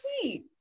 sweet